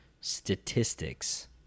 statistics